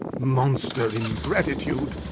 monster ingratitude!